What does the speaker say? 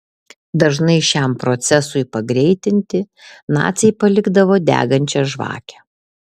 dažnai šiam procesui pagreitinti naciai palikdavo degančią žvakę